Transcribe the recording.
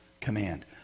command